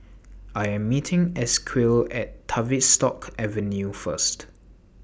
I Am meeting Esequiel At Tavistock Avenue First